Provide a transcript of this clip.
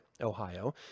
Ohio